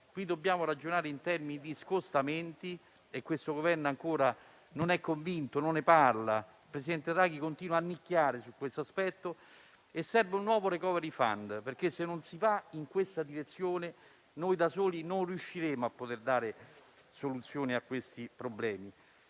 dobbiamo ragionare in termini di scostamenti e questo Governo ancora non è convinto, non ne parla e il presidente Draghi continua a nicchiare su questo aspetto. Serve un nuovo *recovery fund*, perché se non si va in questa direzione, noi da soli non riusciremo a dare soluzione a questi problemi,